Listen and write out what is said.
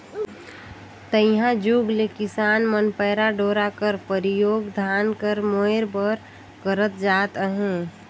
तइहा जुग ले किसान मन पैरा डोरा कर परियोग धान कर मोएर बर करत आत अहे